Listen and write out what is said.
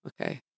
Okay